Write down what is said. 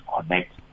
connect